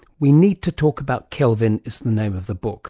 we need to talk about kelvin is the name of the book,